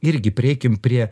irgi prieikim prie